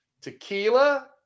Tequila